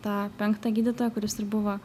tą penktą gydytoją kuris ir buvo